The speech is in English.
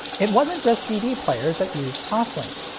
it wasn't just cd players that used toslink.